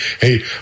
Hey